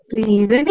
Please